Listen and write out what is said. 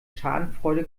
schadenfreude